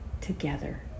together